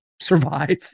survive